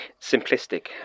simplistic